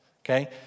Okay